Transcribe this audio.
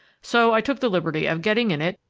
so i took the liberty of getting in it,